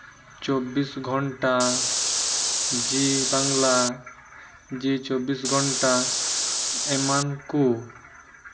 ᱪᱚᱵᱵᱤᱥ ᱜᱷᱚᱱᱴᱟ ᱡᱤ ᱵᱟᱝᱞᱟ ᱡᱤ ᱪᱚᱵᱵᱤᱥ ᱜᱷᱚᱱᱴᱟ ᱮᱢᱟᱱ ᱠᱚ